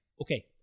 okay